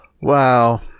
Wow